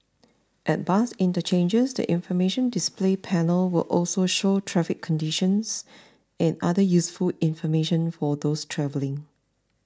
at bus interchanges the information display panel will also show traffic conditions and other useful information for those travelling